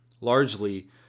largely